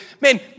man